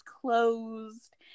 closed